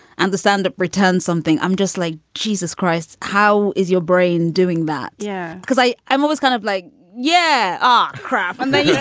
and the standup returns something, i'm just like. jesus christ. how is your brain doing that? yeah, because i i'm always kind of like, yeah, oh, crap and then yeah